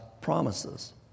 promises